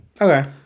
Okay